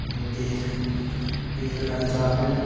ते जिस बेल्लै अस जा दे तां